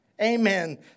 Amen